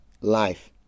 life